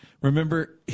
Remember